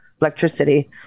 electricity